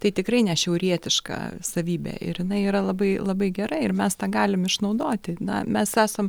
tai tikrai nešiaurietiška savybė ir jinai yra labai labai gera ir mes tą galim išnaudoti na mes esam